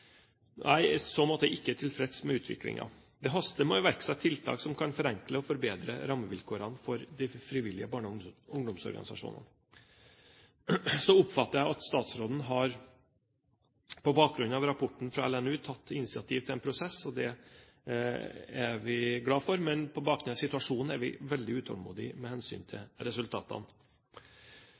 Jeg er i så måte ikke tilfreds med utviklingen. Det haster med å iverksette tiltak som kan forenkle og forbedre rammevilkårene for de frivillige barne- og ungdomsorganisasjonene. Så oppfatter jeg at statsråden på bakgrunn av rapporten fra LNU har tatt initiativ til en prosess, og det er vi glad for, men på bakgrunn av situasjonen er vi veldig utålmodige med hensyn til resultatene.